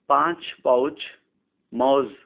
پانچ پاؤچ موز